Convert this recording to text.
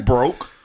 Broke